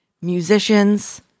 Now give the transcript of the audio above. musicians